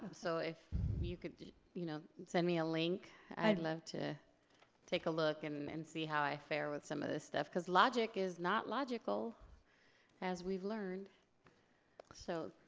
so if you could you know send me a link, i'd love to take a look, and and see how i fair with some of this stuff cause logic is not logical as we've learned so